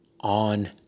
on